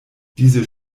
diese